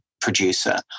producer